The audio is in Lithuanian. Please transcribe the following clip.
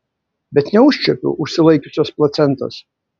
bet neužčiuopiu užsilaikiusios placentos